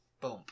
boom